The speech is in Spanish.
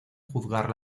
juzgar